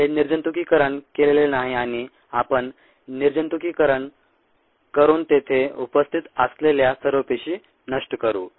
हे निर्जंतुकीकरण केलेले नाही आणि आपण निर्जंतुकीकरण करून तेथे उपस्थित असलेल्या सर्व पेशी नष्ट करू